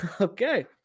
Okay